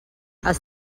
els